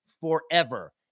forever